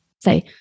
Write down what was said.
Say